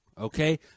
Okay